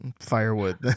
firewood